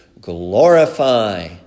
glorify